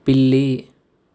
పిల్లి